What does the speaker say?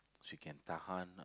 she can tahan